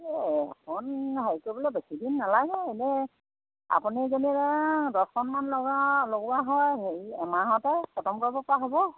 এই এখন হেৰি কৰিবলৈ বেছিদিন নালাগে এনেই আপুনি যেনিবা দহখনমান লগা লগোৱা হয় হেৰি এমাহতে খটম কৰিবপৰা হ'ব